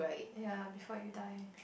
ya before you die